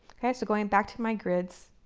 ok, so going back to my grids.